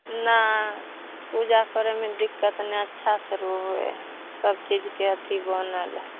नहि पूजा करैमे दिक्कत नहि अच्छासँ होइ हइ सबचीजके अथी बनल हइ